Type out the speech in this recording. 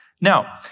Now